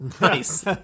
Nice